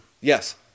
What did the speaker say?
Yes